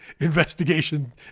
investigation